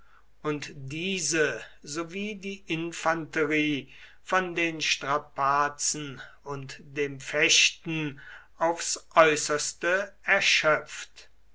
und diese sowie die infanterie von den strapazen und dem fechten aufs äußerste erschöpft